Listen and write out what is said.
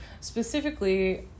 specifically